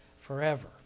forever